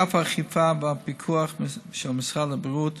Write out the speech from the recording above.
אגף האכיפה והפיקוח של משרד הבריאות